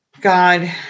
God